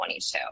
22